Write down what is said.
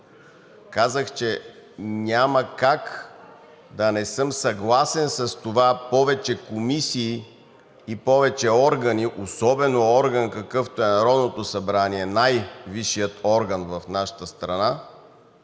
казах, че няма как да не съм съгласен с това повече комисии и повече органи – особено орган, какъвто е Народното събрание, най-висшият орган в нашата страна,